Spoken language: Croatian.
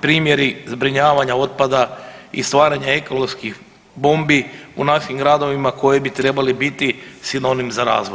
primjeri zbrinjavanja otpada i stvaranja ekoloških bombi u našim gradovima koji bi trebali biti sinonim za razvoj.